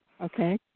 Okay